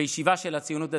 בישיבה של הציונות הדתית,